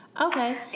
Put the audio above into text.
Okay